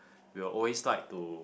we'll always like to